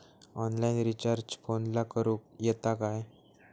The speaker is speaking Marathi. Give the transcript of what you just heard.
ऑनलाइन रिचार्ज फोनला करूक येता काय?